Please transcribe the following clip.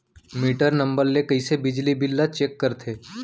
Metre number ले कइसे बिजली बिल ल चेक करथे?